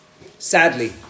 Sadly